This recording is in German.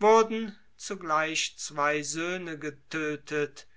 wurden zugleich zwei söhne getödtet